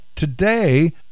Today